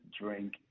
drink